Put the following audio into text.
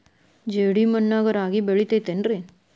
ಜೇಡಿ ಮಣ್ಣಾಗ ರಾಗಿ ಬೆಳಿತೈತೇನ್ರಿ?